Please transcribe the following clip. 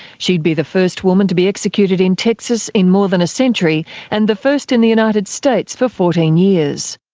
she'd be the first woman to be executed in texas in more than a century and the first in the united states for fourteen years.